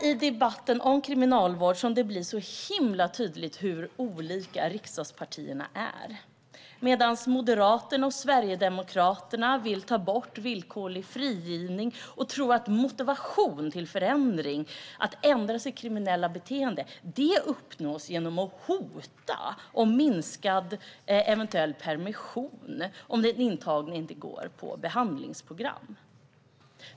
I debatten om kriminalvården blir det mycket tydligt hur olika riksdagspartierna är. Moderaterna och Sverigedemokraterna vill ta bort villkorlig frigivning och tror att motivation till förändring och att ändra sitt kriminella beteende uppnås genom att man hotar om att minska eventuell permission om den intagne inte deltar i behandlingsprogram.